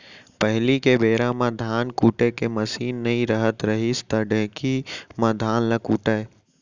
पहिली के बेरा म धान कुटे के मसीन नइ रहत रहिस त ढेंकी म धान ल कूटयँ